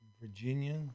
Virginia